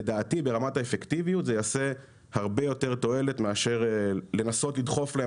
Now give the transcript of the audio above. לדעתי ברמת האפקטיביות זה יעשה הרבה יותר תועלת מאשר לנסות לדחוף להן,